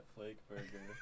Flakeburger